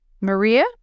Maria